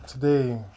Today